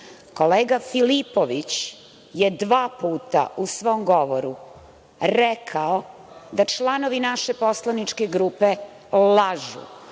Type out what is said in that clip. Kolega Filipović je dva puta u svom govoru rekao da članovi naše poslaničke grupe lažu.